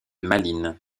malines